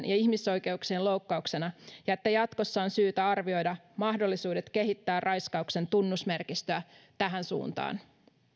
ja ihmisoikeuksien loukkauksena ja että jatkossa on syytä arvioida mahdollisuudet kehittää raiskauksen tunnusmerkistöä tähän suuntaan